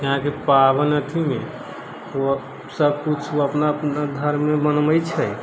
यहाँके पाबनि अथीमे उ सबकुछ उ अपना अपना धर्ममे मनबै छै